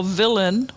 villain